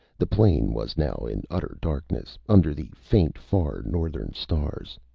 the plain was now in utter darkness, under the faint, far northern stars.